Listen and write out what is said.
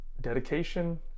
dedication